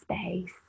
space